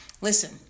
Listen